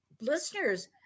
listeners